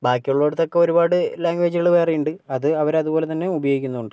ബാക്കിയുള്ളയിടത്തൊക്കെ ഒരുപാട് ലാംഗ്വേജുകൾ വേറെ ഉണ്ട് അത് അവരതുപോലെതന്നെ ഉപയോഗിക്കുന്നും ഉണ്ട്